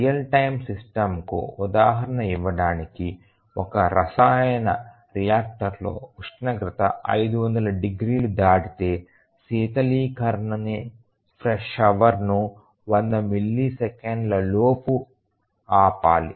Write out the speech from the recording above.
real time system కు ఉదాహరణ ఇవ్వడానికి ఒక రసాయన రియాక్టర్లో ఉష్ణోగ్రత 500 డిగ్రీలు దాటితే శీతలకరణి షవర్ను 100 మిల్లీసెకన్లలోపు ఆపాలి